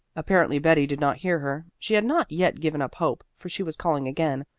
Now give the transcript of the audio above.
apparently betty did not hear her. she had not yet given up hope, for she was calling again,